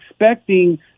expecting